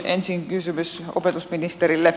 ensin kysymys opetusministerille